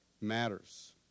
matters